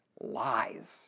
lies